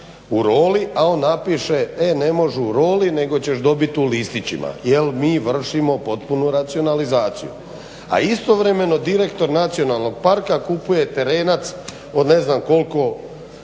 u roli, a on napiše e ne može u roli nego ćeš dobit u listićima jer mi vršimo potpunu racionalizaciju. A istovremeno direktor nacionalnog parka kupuje terenac od ne znam koliko